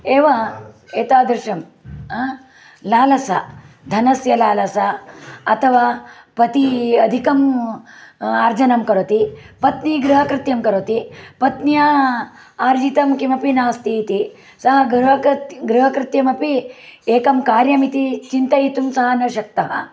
एव एतादृशं लालसा धनस्य लालसा अथवा पतिः अधिकम् अर्जनं करोति पत्नी गृहकृत्यं करोति पत्न्या अर्जितं किमपि नास्ति इति सा गृहकत् गृहकृत्यमपि एकं कार्यमिति चिन्तयितुं सः न शक्तः